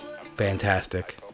Fantastic